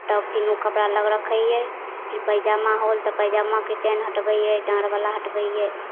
तब फेर ओ कपड़ा अलग रखै छिए फेर पैजामा होल तऽ पैजामाके चेन हटबै छिए डाँढ़वला हटबै छिए